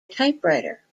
typewriter